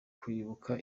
kwibuka